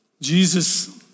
Jesus